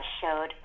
showed